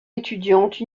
étudiante